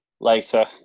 Later